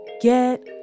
get